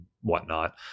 whatnot